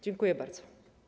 Dziękuję bardzo.